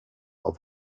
auf